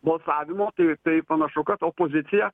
balsavimo tai tai panašu kad opozicija